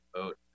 vote